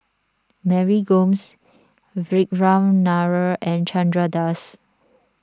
Mary Gomes Vikram Nair and Chandra Das